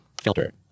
Filter